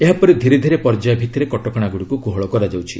ଏହା ପରେ ଧୀରେ ଧୀରେ ପର୍ଯ୍ୟାୟ ଭିଭିରେ କଟକଣା ଗୁଡ଼ିକୁ କୋହଳ କରାଯାଉଛି